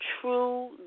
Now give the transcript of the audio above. true